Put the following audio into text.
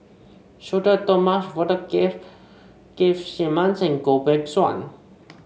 Sudhir Thomas Vadaketh Keith Simmons and Goh Beng Kwan